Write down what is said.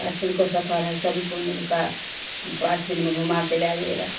आठ दिन का सफर है सभी को मिला कर हमको आठ दिन में घूमा के ले आइएगा